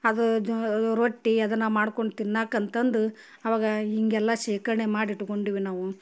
ಅದ್ ಜಾ ರೊಟ್ಟಿ ಅದನ್ನು ಮಾಡ್ಕೊಂಡು ತಿನ್ನಾಕಂತಂದು ಆವಾಗ ಹೀಗೆಲ್ಲ ಶೇಖರ್ಣೆ ಮಾಡಿ ಇಟ್ಕೊಂಡೀವಿ ನಾವು